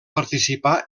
participar